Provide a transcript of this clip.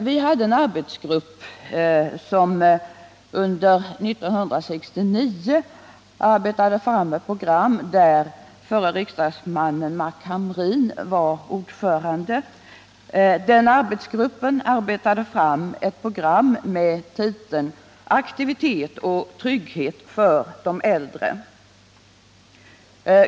Vi hade en arbetsgrupp, där förre riksdagsmannen Mac Hamrin var ordförande, som under 1969 arbetade fram ett program med titeln Aktivitet och trygghet för de äldre.